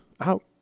out